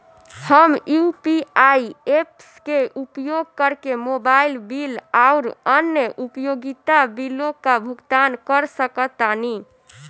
हम UPI apps के उपयोग करके मोबाइल बिल आउर अन्य उपयोगिता बिलों का भुगतान कर सकतानी